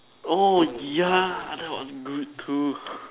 oh yeah that was good cool